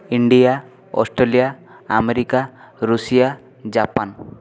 India Australia America Russia Japan